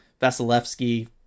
vasilevsky